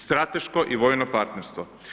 Strateško i vojno partnerstvo.